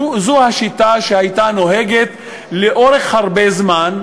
זו השיטה שנהגה לאורך השנים,